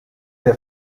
der